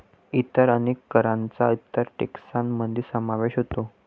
इतर अनेक करांचा इतर टेक्सान मध्ये समावेश होतो